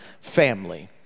family